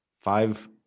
five